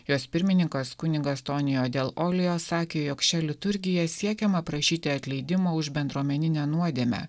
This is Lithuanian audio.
jos pirmininkas kunigas tonijo del olijo sakė jog šia liturgija siekiama prašyti atleidimo už bendruomeninę nuodėmę